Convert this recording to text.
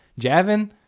Javin